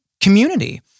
community